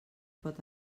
pot